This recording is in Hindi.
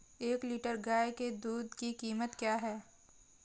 एक लीटर गाय के दूध की कीमत क्या है?